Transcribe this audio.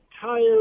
tired